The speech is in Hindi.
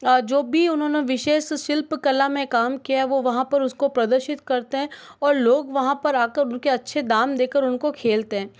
जो भी उन्होंने विशेष शिल्प कला में काम किया वह वहाँ पर उसको प्रदर्शित करते हैं और लोग वहाँ पर जा कर उनके अच्छे दाम देकर उनको खेलते हैं